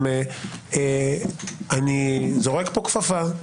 אני זורק פה כפפה.